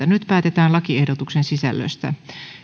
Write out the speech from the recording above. nyt päätetään lakiehdotuksen sisällöstä